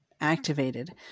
activated